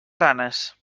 ranes